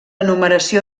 numeració